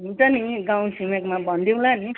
हुन्छ नि गाउँ छिमेकमा भनिदिउँला नि